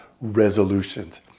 resolutions